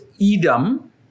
Edom